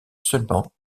seulement